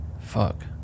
Fuck